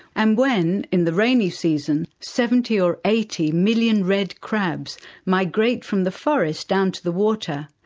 and when, in the rainy season, seventy or eighty million red crabs migrate from the forest down to the water,